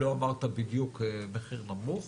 אמרת בדיוק מחיר נמוך.